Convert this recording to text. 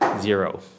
zero